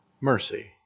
Mercy